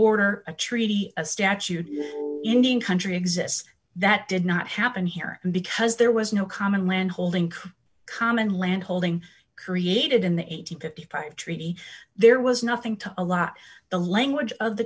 order a treaty a statute in indian country exists that did not happen here and because there was no common land holding common land holding created in the eight hundred and fifty five treaty there was nothing to a lot the language of the